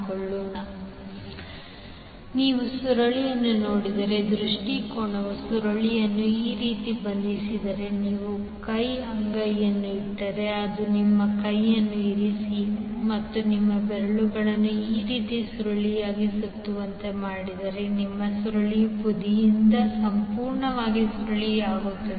ಆದ್ದರಿಂದ ನೀವು ಸುರುಳಿಯನ್ನು ನೋಡಿದರೆ ದೃಷ್ಟಿಕೋನವು ಸುರುಳಿಯನ್ನು ಈ ರೀತಿ ಬಂಧಿಸಿದರೆ ನೀವು ಕೈ ಅಂಗೈಯನ್ನು ಇಟ್ಟರೆ ಅದು ನಿಮ್ಮ ಕೈಯನ್ನು ಇರಿಸಿ ಮತ್ತು ನಿಮ್ಮ ಬೆರಳನ್ನು ಈ ರೀತಿ ಸುರುಳಿಯಾಗಿ ಸುತ್ತುವಂತೆ ಮಾಡಿದರೆ ಅದು ಸುರುಳಿಯ ಬದಿಯನ್ನು ಸಂಪೂರ್ಣವಾಗಿ ಸುರುಳಿಯಾಗಿರುತ್ತದೆ